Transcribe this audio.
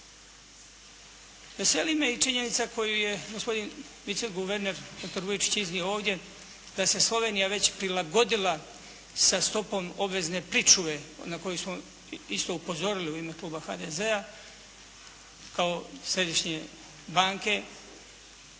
Veseli me i činjenica koju je gospodin vice guverner dr. Vujičić iznio ovdje, da se Slovenija već prilagodila sa stopom obvezne pričuve na koju smo isto upozorili u ime Kluba HDZ-a, kao središnje banke.